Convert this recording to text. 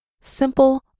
simple